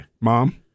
Mom